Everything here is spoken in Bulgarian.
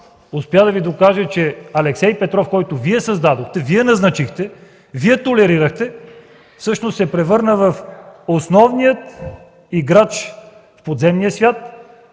успя да Ви докаже, че Алексей Петров, когото Вие създадохте, Вие назначихте, Вие толерирахте, всъщност се превърна в основния играч в подземния свят,